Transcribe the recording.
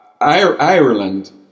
Ireland